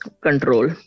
control